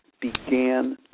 began